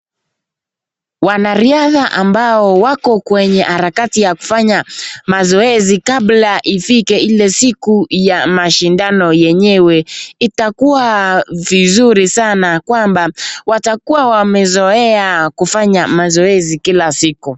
Wanariadha amabo wako kwenye harakati ya kufanya mazoezi kabla ifike ile siku ya mashindano, yenyewe, itakuwa vizuri sana kwamba watakuwa wamezoea kufanya mazoezi kila siku.